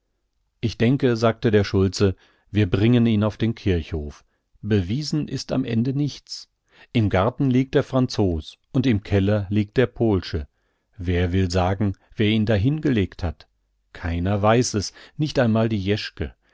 ich denke sagte der schulze wir bringen ihn auf den kirchhof bewiesen ist am ende nichts im garten liegt der franzos und im keller liegt der pohlsche wer will sagen wer ihn da hingelegt hat keiner weiß es nicht einmal die